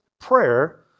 prayer